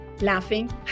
laughing